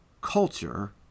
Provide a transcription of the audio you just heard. culture